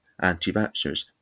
anti-vaxxers